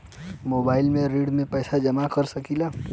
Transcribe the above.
Mobile से भी ऋण के पैसा जमा कर सकी ला?